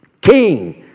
king